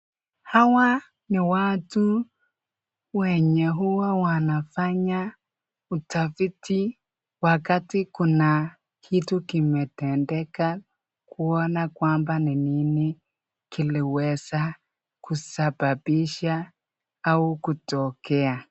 Hawa ni watu wenye huwa wanafanya utafiti wakati kuna kitu kimetendeka kuona kwamba ni nini kiliweza kusababisha au kutokea.